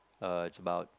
uh is about